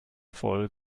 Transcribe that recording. voll